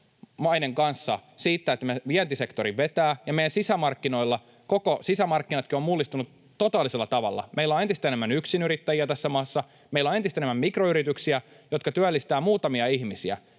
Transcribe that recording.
maiden kanssa siitä, että meidän vientisektori vetää, ja koko meidän sisämarkkinatkin ovat mullistuneet totaalisella tavalla. Meillä on entistä enemmän yksinyrittäjiä tässä maassa. Meillä on entistä enemmän mikroyrityksiä, jotka työllistävät muutamia ihmisiä.